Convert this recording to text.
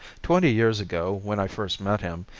twenty years ago, when i first met him,